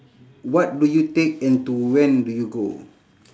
what do you take and to when do you go